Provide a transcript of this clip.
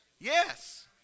yes